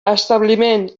establiment